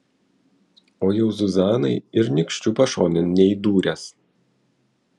o jau zuzanai ir nykščiu pašonėn neįdūręs